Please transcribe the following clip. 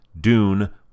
Dune